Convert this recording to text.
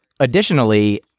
Additionally